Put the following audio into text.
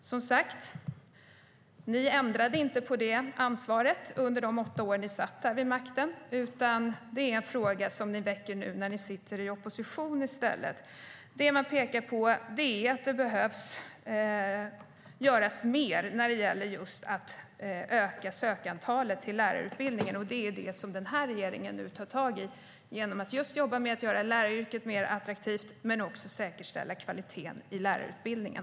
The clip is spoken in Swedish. Som sagt, ni ändrade inte på det ansvaret under de åtta år ni satt vid makten, utan det är en fråga som ni väcker nu när ni sitter i opposition. Det man pekar på är att det behöver göras mer när det gäller att öka antalet sökande till lärarutbildningen, och det tar regeringen tag i genom att jobba med att göra läraryrket mer attraktivt men också att säkerställa kvaliteten i lärarutbildningen.